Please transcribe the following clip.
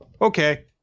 Okay